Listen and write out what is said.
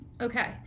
Okay